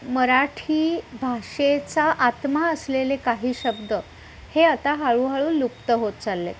मराठी भाषेचा आत्मा असलेले काही शब्द हे आता हळूहळू लुप्त होत चालले आहेत